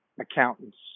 accountants